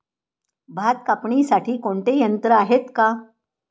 भात कापणीसाठी कोणते यंत्र आहेत का?